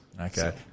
Okay